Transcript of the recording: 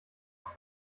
auch